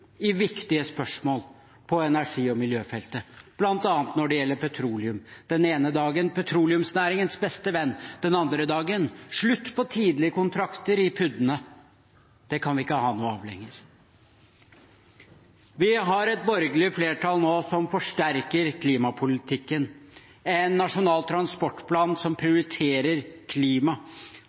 i viktige spørsmål på miljø- og energifeltet, bl.a. når det gjelder petroleum – den ene dagen petroleumsnæringens beste venn, den andre dagen slutt på tidligkontrakter i PUD-ene. Det kan vi ikke ha noe av lenger. Vi har nå et borgerlig flertall som forsterker klimapolitikken, med en nasjonal transportplan som prioriterer klima,